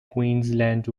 queensland